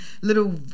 little